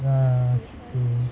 ya okay